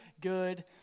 good